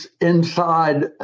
inside